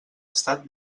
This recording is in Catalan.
estat